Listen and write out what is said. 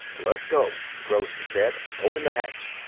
let's go! gross said. open the hatch.